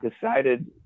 decided